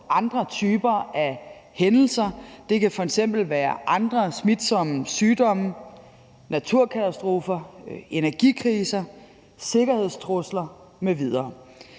andre typer af hændelser. Det kan f.eks. være andre smitsomme sygdomme, naturkatastrofer, energikriser, sikkerhedstrusler m.v.